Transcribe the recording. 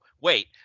wait